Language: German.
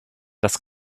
das